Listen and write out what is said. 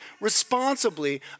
responsibly